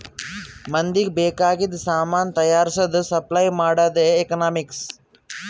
ಮಂದಿಗ್ ಬೇಕ್ ಆಗಿದು ಸಾಮಾನ್ ತೈಯಾರ್ಸದ್, ಸಪ್ಲೈ ಮಾಡದೆ ಎಕನಾಮಿಕ್ಸ್